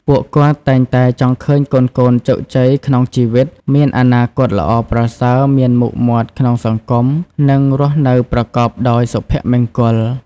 ពួកគាត់តែងតែចង់ឃើញកូនៗ ជោគជ័យក្នុងជីវិត មានអនាគតល្អប្រសើរ មានមុខមាត់ក្នុងសង្គម និងរស់នៅប្រកបដោយសុភមង្គល។